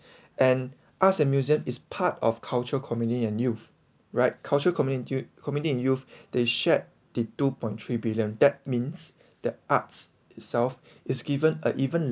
and arts a museum is part of culture community and youth right culture commu~ community in youth they shared the two point three billion that means that arts itself is given or even